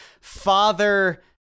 father